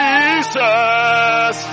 Jesus